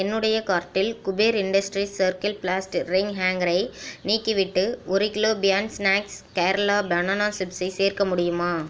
என்னுடைய கார்ட்டில் Kuber industries circle plastic ring ஹேங்கரை நீக்கிவிட்டு ஒரு kilo beyond snack Kerala banana சிப்ஸை சேர்க்க முடியுமா